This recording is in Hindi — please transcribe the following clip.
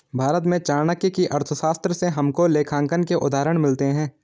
भारत में चाणक्य की अर्थशास्त्र से हमको लेखांकन के उदाहरण मिलते हैं